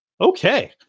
okay